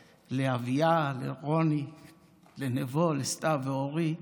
לאביה, לרוני, לנבו, לסתיו ואורי: